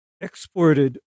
exported